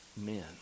men